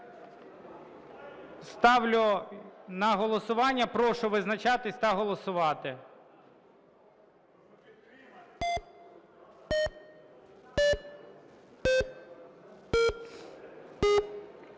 Ставлю на голосування. Прошу визначатися та голосувати.